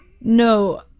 No